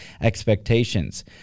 expectations